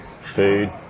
food